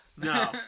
No